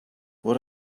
what